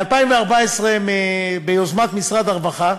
ב-2014, ביוזמת משרד הרווחה,